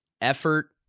effort